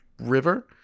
river